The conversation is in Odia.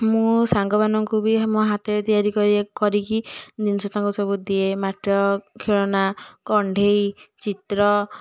ମୁଁ ସାଙ୍ଗମାନଙ୍କୁ ବି ମୋ ହାତରେ ତିଆରି କରି କରିକି ଜିନିଷ ତାଙ୍କୁ ସବୁ ଦିଏ ମାଟିର ଖେଳନା କଣ୍ଢେଇ ଚିତ୍ର